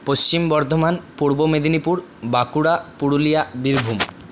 Paschim Bardhaman Purba Medinipur Bankura Purulia Birbhum